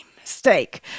mistake